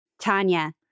Tanya